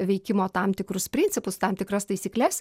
veikimo tam tikrus principus tam tikras taisykles